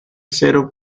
acero